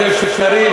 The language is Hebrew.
וזה אפשרי,